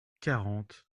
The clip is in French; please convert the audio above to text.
quarante